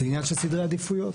זה עניין של סדרי עדיפויות,